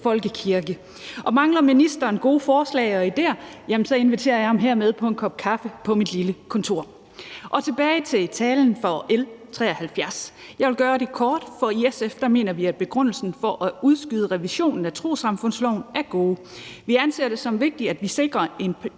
og mangler ministeren gode forslag og idéer, inviterer jeg ham hermed på en kop kaffe på mit lille kontor. Så vil jeg gå tilbage til talen om L 73. Jeg vil gøre det kort, for i SF mener vi, at begrundelsen for at udskyde revisionen af trossamfundsloven er god. Vi anser det som vigtigt, at vi sikrer en